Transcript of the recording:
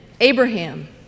Abraham